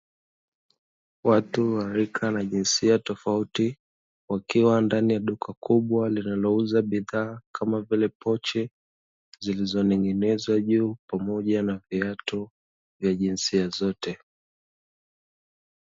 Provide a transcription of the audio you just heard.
Watu wa rika la jinsia tofauti, wakiwa ndani ya duka kubwa linalouza bidhaa, kama vile pochi zilizoning'inizwa juu, pamoja na viatu vya jinsia zote.